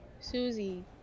Susie